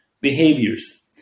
behaviors